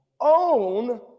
own